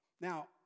Now